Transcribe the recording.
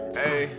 hey